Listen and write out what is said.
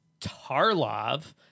Tarlov